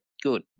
good